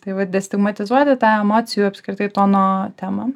tai vat destigmatizuoti tą emocijų apskritai tono temą